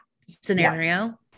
scenario